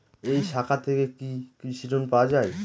এই শাখা থেকে কি কৃষি ঋণ পাওয়া যায়?